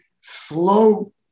slow